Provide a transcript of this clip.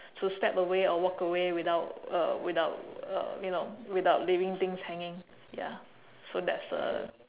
to step away or walk away without uh without uh you know without leaving things hanging ya so that's the